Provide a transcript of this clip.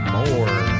More